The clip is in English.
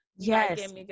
Yes